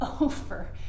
over